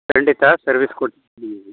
ಖಂಡಿತ ಸರ್ವಿಸ್ ಕೊಡ್ತೀವಿ